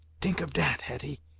tink of dat, hetty,